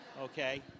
Okay